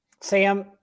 Sam